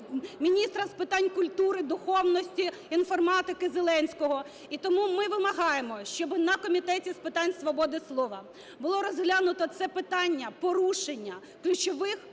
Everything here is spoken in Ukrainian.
міністра з питань культури, духовності, інформатики Зеленського. І тому ми вимагаємо, щоб на Комітеті з питань свободи слова було розглянуто це питання – порушення ключових